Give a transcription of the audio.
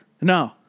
no